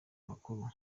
makuru